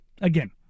Again